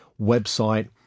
website